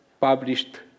Published